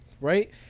right